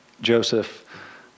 Joseph